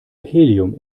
helium